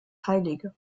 heilige